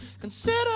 consider